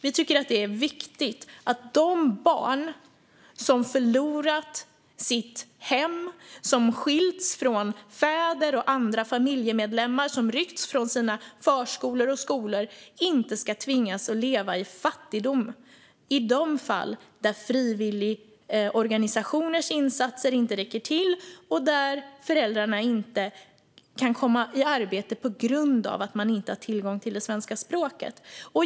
Vi tycker att det är viktigt att de barn som förlorat sitt hem, som skilts från fäder och andra familjemedlemmar och som ryckts från sina förskolor och skolor inte ska tvingas att leva i fattigdom i de fall där frivilligorganisationers insatser inte räcker till och där föräldrarna inte kan komma i arbete på grund av att de inte har tillgång till svenska språket.